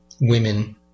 women